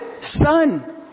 son